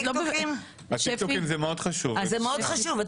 זה מאוד חשוב.